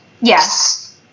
Yes